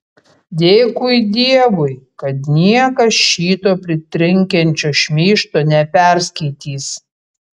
dėkui dievui kad niekas šito pritrenkiančio šmeižto neperskaitys